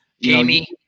Jamie